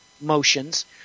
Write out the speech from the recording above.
motions